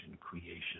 creation